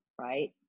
right